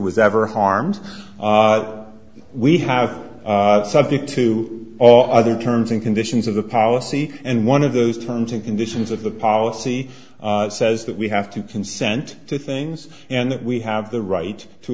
was ever harmed we have something to all other terms and conditions of the policy and one of those terms and conditions of the policy says that we have to consent to things and that we have the right to